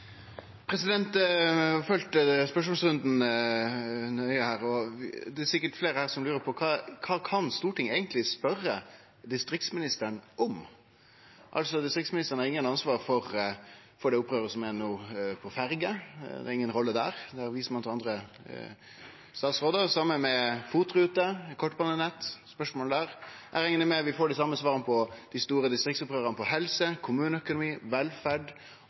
Eg har følgt spørsmålsrunden nøye, og det er sikkert fleire her som lurer på: Kva kan Stortinget eigentleg spørje distriktsministeren om? Distriktsministeren har altså ikkje noko ansvar for det opprøret som er no når det gjeld ferjer, det er inga rolle der, da viser ein til andre statsrådar – det same med FOT-ruter, kortbanenett og spørsmåla der. Eg reknar med at vi får dei same svara når det gjeld dei store distriktsopprøra om helse, kommuneøkonomi, velferd